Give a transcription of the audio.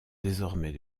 désormais